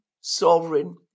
sovereign